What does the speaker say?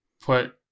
put